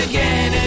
Again